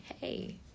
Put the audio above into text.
hey